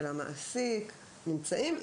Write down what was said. של המעסיק נמצאים,